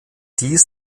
dies